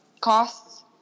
costs